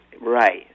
Right